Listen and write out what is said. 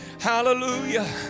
hallelujah